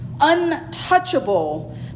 untouchable